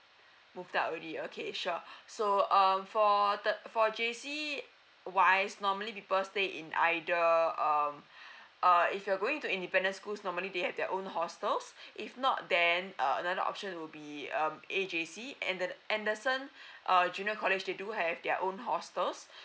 moved out already okay sure so um for the J_C wise normally people stay in either um uh if you're going to independent schools normally they have their own hostels if not then uh another option will be um A_J_C ander~ anderson uh junior college they do have their own hostels